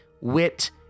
wit